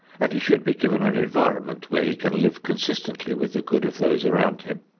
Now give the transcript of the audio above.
and he should be given an environment where he can live consistently with the good of those around him.